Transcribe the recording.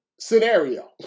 scenario